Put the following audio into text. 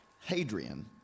Hadrian